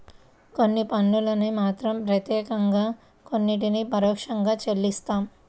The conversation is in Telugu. కొన్ని పన్నుల్ని మనం ప్రత్యక్షంగా కొన్నిటిని పరోక్షంగా చెల్లిస్తాం